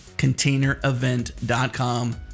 ContainerEvent.com